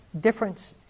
difference